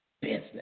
business